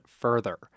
further